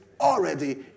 already